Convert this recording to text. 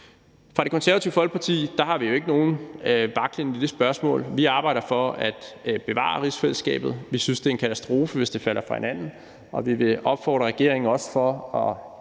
Fra Det Konservative Folkepartis side har vi jo ikke nogen vaklen i det spørgsmål. Vi arbejder for at bevare rigsfællesskabet. Vi synes, det er en katastrofe, hvis det falder fra hinanden, og vi vil også opfordre regeringen til at